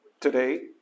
today